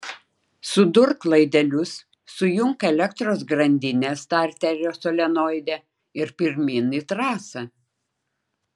sudurk laidelius sujunk elektros grandinę starterio solenoide ir pirmyn į trasą